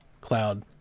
cloud